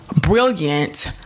brilliant